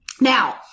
Now